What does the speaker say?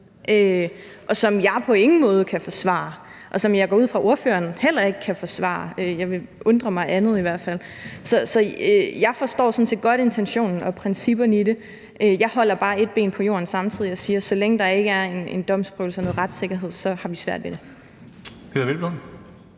og som jeg på ingen måde kan forsvare, og som jeg går ud fra at ordføreren heller ikke kan forsvare – jeg ville undre mig over andet i hvert fald. Så jeg forstår sådan set godt intentionen og principperne i det, jeg holder bare et ben på jorden samtidig og siger, at så længe der ikke er en domsprøvelse og noget retssikkerhed, har vi svært ved det.